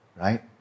right